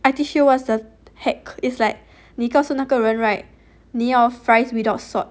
I teach you what is the hack 那个告诉那个人 right 你要 fries without salt